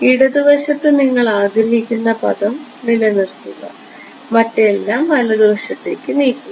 ഇടത് വശത്ത് നിങ്ങൾ ആഗ്രഹിക്കുന്ന പദം നിലനിർത്തുക മറ്റെല്ലാം വലതുവശത്തേക്ക് നീക്കുക